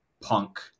punk